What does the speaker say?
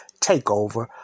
takeover